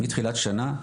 מתחילת שנה,